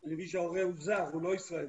אני מבין שההורה הוא זר, הוא לא ישראלי,